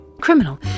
Criminal